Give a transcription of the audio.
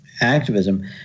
activism